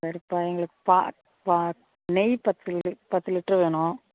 சரிப்பா எங்களுக்கு பா பா நெய் பத்து பத்து லிட்ரு வேணும்